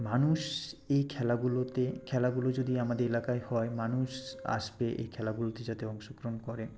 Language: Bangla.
মানুষ এই খেলাগুলোতে খেলাগুলো যদি আমাদের এলাকায় হয় মানুষ আসবে এই খেলাগুলোতে যাতে অংশগ্রহণ করে